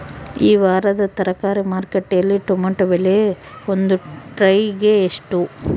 ಈ ವಾರದ ತರಕಾರಿ ಮಾರುಕಟ್ಟೆಯಲ್ಲಿ ಟೊಮೆಟೊ ಬೆಲೆ ಒಂದು ಟ್ರೈ ಗೆ ಎಷ್ಟು?